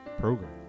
program